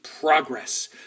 progress